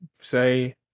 say